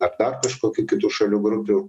ar dar kažkokių kitų šalių grupių